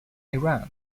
iran